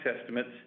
estimates